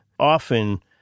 often